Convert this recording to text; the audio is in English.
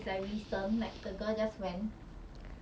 orh like lifted liao lah like the lockdown